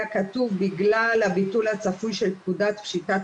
היה כתוב: "בגלל הביטול הצפוי של פקודת פשיטת